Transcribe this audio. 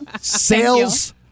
Sales